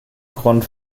grund